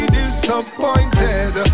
disappointed